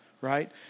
right